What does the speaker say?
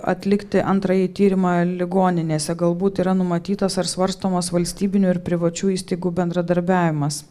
atlikti antrąjį tyrimą ligoninėse galbūt yra numatytas ar svarstomas valstybinių ir privačių įstaigų bendradarbiavimas